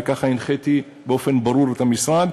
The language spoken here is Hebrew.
וכך הנחיתי באופן ברור את המשרד.